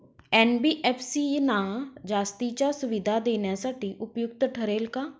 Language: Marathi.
एन.बी.एफ.सी ना जास्तीच्या सुविधा देण्यासाठी उपयुक्त ठरेल का?